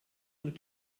und